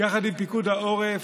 יחד עם פיקוד העורף.